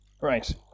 Right